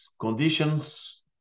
conditions